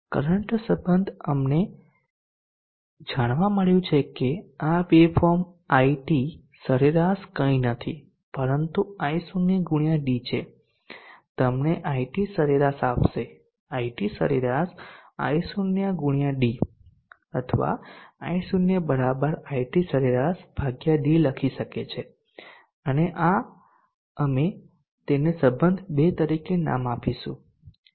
current સંબધ અને અમને જાણવા મળ્યું છે કે આ વેવફોર્મ IT સરેરાશ કંઇ નથી પરંતુ I0 x d છે તમને IT સરેરાશ આપશે IT સરેરાશ I0 x d અથવા I0 IT સરેરાશ ભાગ્યા d લખી શકે છે અને આ અમે તેને સંબધ 2 તરીકે નામ આપીશું